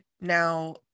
now